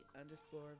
underscore